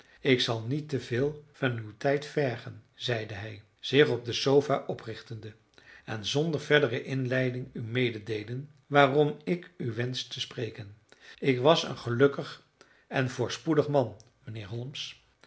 ik zal niet te veel van uw tijd vergen zeide hij zich op de sofa oprichtende en zonder verdere inleiding u mededeelen waarom ik u wensch te spreken ik was een gelukkig en voorspoedig man mijnheer